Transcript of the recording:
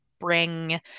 Bring